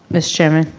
mr. chairman.